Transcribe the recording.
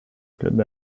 club